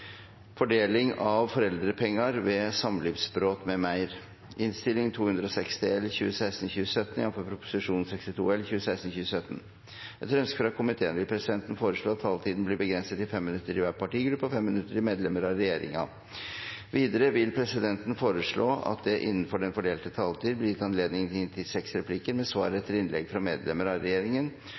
medlemmer av regjeringen. Videre vil presidenten foreslå at det – innenfor den fordelte taletid – blir gitt anledning til inntil seks replikker med svar etter innlegg fra medlemmer av regjeringen,